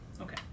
okay